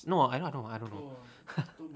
no I don't I don't know